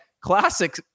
classic